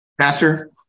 Pastor